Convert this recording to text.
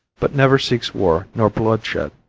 but never seeks war nor bloodshed.